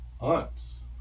aunts